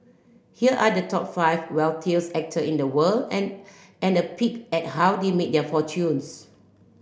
here are the top five wealthiest actor in the world and and a peek at how they made their fortunes